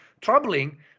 troubling